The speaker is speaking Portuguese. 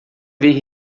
ver